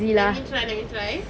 let me try let me try